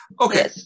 Okay